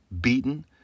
beaten